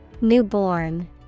Newborn